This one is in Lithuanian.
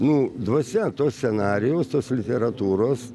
nu dvasia to scenarijaus tos literatūros